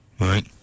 Right